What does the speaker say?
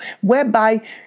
Whereby